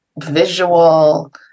visual